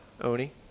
Oni